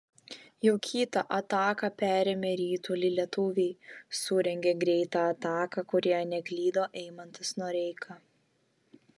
jau kitą ataką perėmę ritulį lietuviai surengė greitą ataką kurioje neklydo eimantas noreika